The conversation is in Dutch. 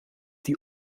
die